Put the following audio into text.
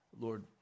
Lord